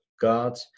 God